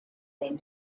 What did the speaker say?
land